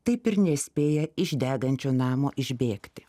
taip ir nespėję iš degančio namo išbėgti